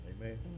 amen